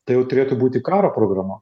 tai jau turėtų būti kraro programa